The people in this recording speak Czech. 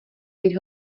být